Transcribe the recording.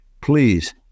please